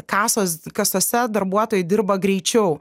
kasos kasose darbuotojai dirba greičiau